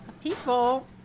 People